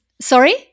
Sorry